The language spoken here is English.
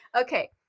Okay